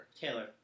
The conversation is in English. Taylor